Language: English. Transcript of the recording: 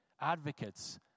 Advocates